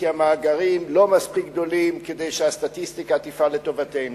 כי המאגרים לא מספיק גדולים כדי שהסטטיסטיקה תפעל לטובתנו.